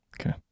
Okay